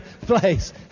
place